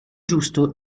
giusto